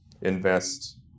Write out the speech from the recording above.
invest